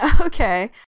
Okay